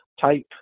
type